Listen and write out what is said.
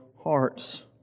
hearts